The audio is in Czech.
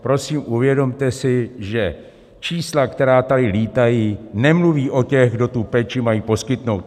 Prosím uvědomte si, že čísla, která tady lítají, nemluví o těch, kdo tu péči mají poskytnout.